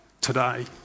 today